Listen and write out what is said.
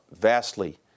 vastly